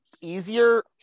easier